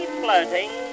flirting